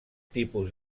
tipus